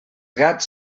gats